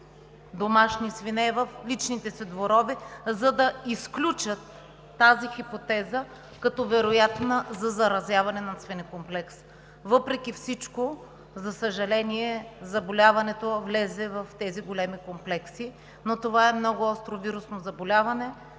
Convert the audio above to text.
домашни свине в личните си дворове, за да изключат тази хипотеза като вероятна за заразяване на свинекомплексите. Въпреки всичко, за съжаление, заболяването влезе в тези големи комплекси, но това е много остро вирусно заболяване,